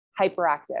hyperactive